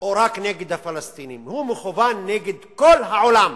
או רק נגד הפלסטינים, הוא מכוון נגד כל העולם,